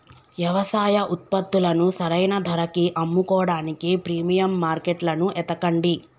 యవసాయ ఉత్పత్తులను సరైన ధరకి అమ్ముకోడానికి ప్రీమియం మార్కెట్లను ఎతకండి